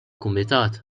kumitat